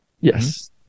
Yes